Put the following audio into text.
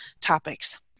topics